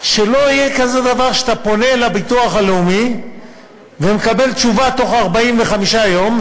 שלא יהיה כזה דבר שאתה פונה אל הביטוח הלאומי ומקבל תשובה בתוך 45 יום,